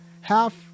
half